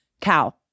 Cow